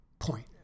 point